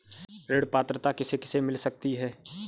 ऋण पात्रता किसे किसे मिल सकती है?